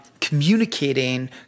communicating